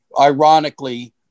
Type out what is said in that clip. ironically